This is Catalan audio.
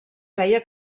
feia